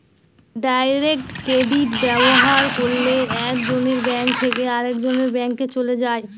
direct credit ব্যবহার করলে এক জনের ব্যাঙ্ক থেকে আরেকজনের ব্যাঙ্কে চলে যায়